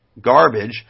garbage